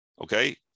Okay